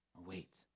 Wait